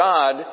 God